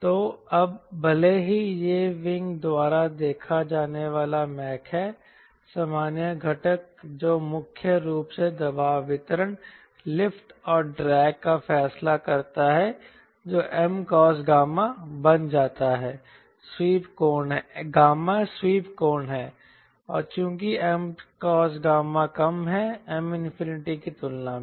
तो अब भले ही यह विंग द्वारा देखा जाने वाला मैक है सामान्य घटक जो मुख्य रूप से दबाव वितरण लिफ्ट और ड्रैग का फैसला करता है जो Mcos𝛬 बन जाता है 𝛬 स्वीप कोण है और चूंकि Mcos𝛬 कम है M की तुलना में